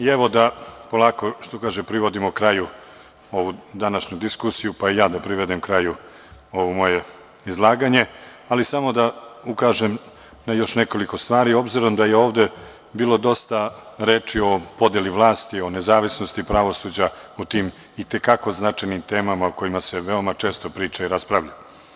Evo, da polako, što kaže, privodimo kraju ovu današnju diskusiju, pa i ja da privedem kraju ovo moje izlaganje, ali samo da ukažem na još nekoliko stvari, s obzirom da je ovde bilo dosta reči o podeli vlasti, o nezavisnosti pravosuđa, o tim i te kako značajnim temama o kojima se veoma često priča i raspravlja.